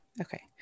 okay